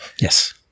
yes